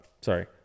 sorry